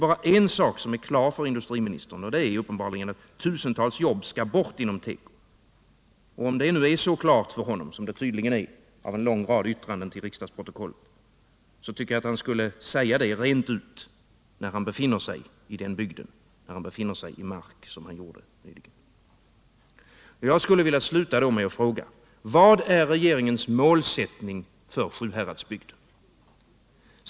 Bara en sak är klar för Nils Åsling, och det är uppenbarligen att tusentals jobb skall bort inom teko. Om nu det är så klart för honom som det tydligen är, att döma av en lång rad yttranden till riksdagsprotokollet, tycker jag att han skulle säga det rent ut när han befinner sig i Mark. Jag skulle vilja sluta med att fråga: Vad är regeringens målsättning för Sjuhäradsbygden?